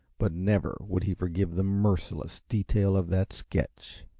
but never would he forgive the merciless detail of that sketch.